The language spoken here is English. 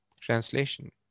Translation